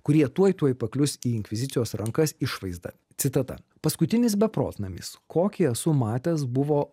kurie tuoj tuoj paklius į inkvizicijos rankas išvaizda citata paskutinis beprotnamis kokį esu matęs buvo